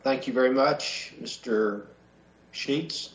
thank you very much mr sheets